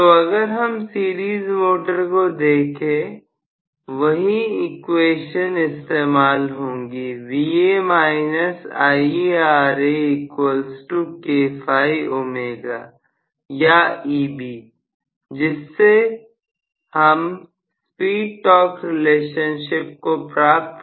तो अगर हम सीरीज मोटर को देखें वही इक्वेशंस इस्तेमाल होंगी Va IaRa kφω या Eb जिससे हम स्पीड टॉर्च रिलेशनशिप को प्राप्त कर सकते हैं